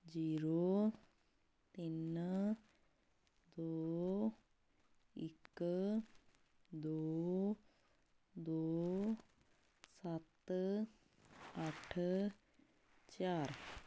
zero ਤਿੰਨ ਦੋ ਇੱਕ ਦੋ ਦੋ ਸੱਤ ਅੱਠ ਚਾਰ